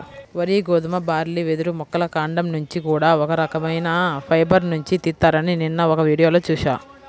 వరి, గోధుమ, బార్లీ, వెదురు మొక్కల కాండం నుంచి కూడా ఒక రకవైన ఫైబర్ నుంచి తీత్తారని నిన్న ఒక వీడియోలో చూశా